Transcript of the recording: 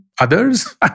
others